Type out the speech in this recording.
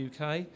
UK